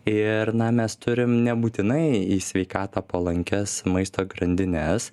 ir na mes turim nebūtinai į sveikatą palankias maisto grandines